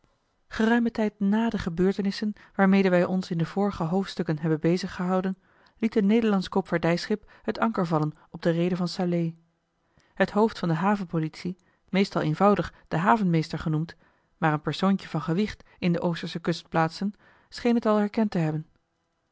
geruimen tijd na de gebeurtenissen waarmede wij ons in de vorige hoofdstukken hebben bezig gehouden liet een nederlandsch koopvaardijschip het anker vallen op de reede van salé het hoofd van de havenpolitie meestal eenvoudig de havenmeester genoemd maar een persoontje van gewicht in de oostersche kustplaatsen scheen het al herkend te hebben